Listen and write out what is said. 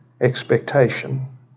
expectation